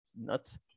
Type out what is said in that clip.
Nuts